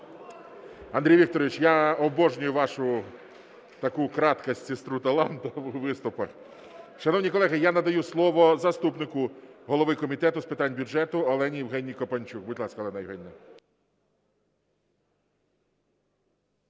Андрій Вікторович, я обожнюю вашу таку краткость – сестру талантів у виступах. Шановні колеги, я надаю слово заступнику голови комітету з питань бюджету Олені Євгенівні Копанчук. Будь ласка, Олена Євгенівна.